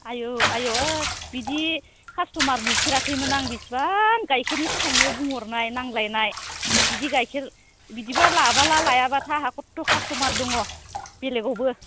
आयु आयु बिदि कास्टमार नुफेराखैमोन आं बिसिबां गायखेरनि थाखायनो बुंहरनाय नांलायनाय बिदि गायखेर बिदिब्ला लाबा ला लायाब्ला था आहा खथ' कास्टमार दङ बेलेगावबो